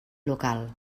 local